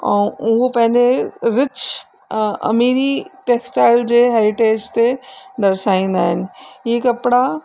ऐं उहो पंहिंजे रिच अमीरी टेक्सटाइल जे हेरीटेज ते दर्शाईंदा आहिनि ही कपिड़ा